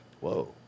whoa